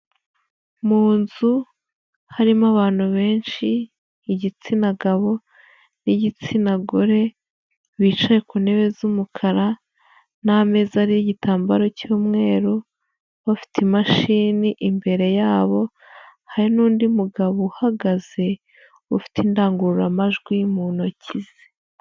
Mu nzu harimo abantu benshi, igitsina gabo n'igitsina gore, bicaye ku ntebe z'umukara n'ameza ariho itambaro cy'umweru, bafite imashini imbere yabo, hari n'undi mugabo uhagaze ufite indangururamajwi mu ntoki ze.